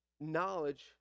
Knowledge